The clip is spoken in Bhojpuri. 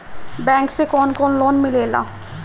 बैंक से कौन कौन लोन मिलेला?